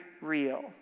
real